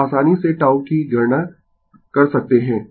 तो आसानी से τ की गणना कर सकते है